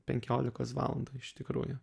penkiolikos valandų iš tikrųjų